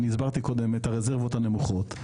והסברתי קודם את הרזרבות הנמוכות,